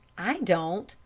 i don't.